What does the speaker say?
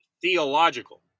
theological